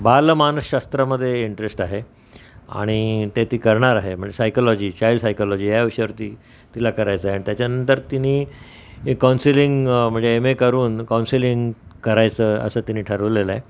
बालमानस शास्त्रामध्ये इंटरेस्ट आहे आणि ते ती करणार आहे म्हणजे सायकोलॉजी चाइल्ड सायकोलॉजी ह्या विषयर ती तिला करायचं आहे आणि त्याच्यानंतर तिनी काउन्सिलिंग म्हणजे एम ए करून काउन्सिलिंग करायचं असं तिनी ठरवलेलं आहे